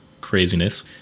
craziness